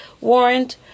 warrant